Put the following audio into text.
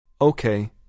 Okay